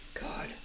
God